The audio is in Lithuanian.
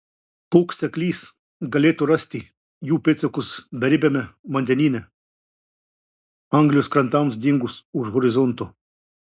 koks seklys galėtų rasti jų pėdsakus beribiame vandenyne anglijos krantams dingus už horizonto